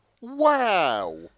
Wow